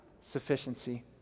sufficiency